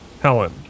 Helen